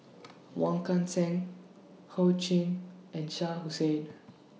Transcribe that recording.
Wong Kan Seng Ho Ching and Shah Hussain